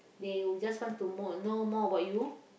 they just want to more know more about you